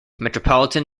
metropolitan